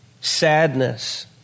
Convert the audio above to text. sadness